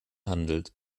handelt